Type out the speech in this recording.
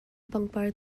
pangpar